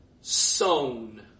sown